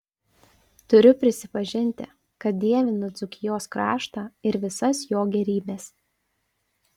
turiu prisipažinti kad dievinu dzūkijos kraštą ir visas jo gėrybes